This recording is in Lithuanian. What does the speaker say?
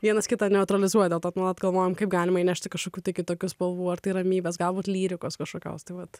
vienas kitą neutralizuoja dėl to nuolat galvojame kaip galima įnešti kažkokių kitokių spalvų ar tai ramybės galbūt lyrikos kažkokios tai vat